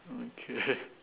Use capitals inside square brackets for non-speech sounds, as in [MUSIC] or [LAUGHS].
okay [LAUGHS]